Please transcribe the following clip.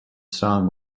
song